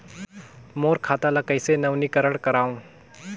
मोर खाता ल कइसे नवीनीकरण कराओ?